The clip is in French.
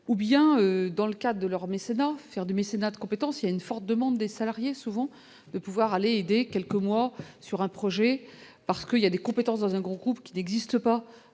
ou bien dans l'. 4 de leurs mécènes, faire du mécénat de compétences il y a une forte demande des salariés, souvent de pouvoir aller aider quelques mois sur un projet parce que il y a des compétences dans un groupe qui n'existe pas